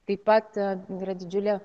taip pat yra didžiulė